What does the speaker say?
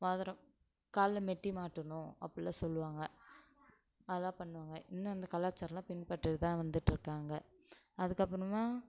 மோதிரம் காலில் மெட்டி மாட்டணும் அப்படில்லாம் சொல்லுவாங்க அதுதான் பண்ணுவாங்க இன்னும் அந்த கலாச்சாரமெலாம் பின்பற்றி தான் வந்துகிட்டு இருக்காங்க அதுக்கப்புறமா